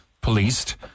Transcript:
policed